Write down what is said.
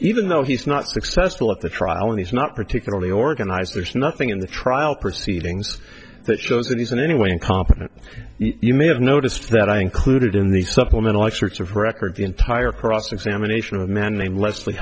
even though he's not successful at the trial and he's not particularly organized there's nothing in the trial proceedings that shows that he's in any way incompetent you may have noticed that i included in the supplemental excerpts of record the entire cross examination of a man named lesl